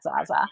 Zaza